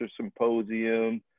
Symposium